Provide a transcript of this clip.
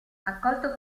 accolto